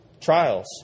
trials